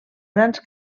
grans